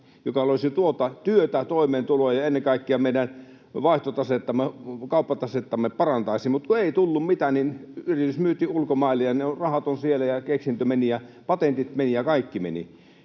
joka olisi luonut työtä ja toimeentuloa ja ennen kaikkea parantaisi meidän vaihtotasettamme, kauppatasettamme. Mutta kun ei tullut mitään, niin yritys myytiin ulkomaille, ja ne rahat ovat siellä ja keksintö meni ja patentit meni ja kaikki meni.